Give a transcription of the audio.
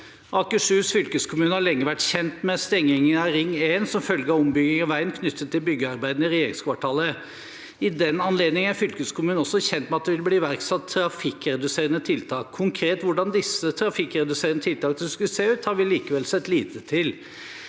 Akershus fylkeskommune har lenge vært kjent med stengingen av Ring 1 som følge av ombygging av veien knyttet til byggearbeidene i regjeringskvartalet. I den anledning er fylkeskommunen også kjent med at det vil bli iverksatt trafikkreduserende tiltak. Konkret hvordan disse trafikkreduserende tiltakene skulle se ut, har vi likevel sett lite til.